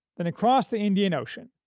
then across the indian ocean,